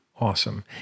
awesome